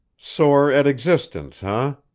sore at existence, ah?